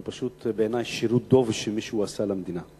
בעיני פשוט שירות דוב שמישהו עשה למדינה.